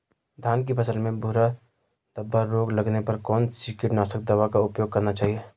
धान की फसल में भूरा धब्बा रोग लगने पर कौन सी कीटनाशक दवा का उपयोग करना चाहिए?